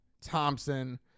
Thompson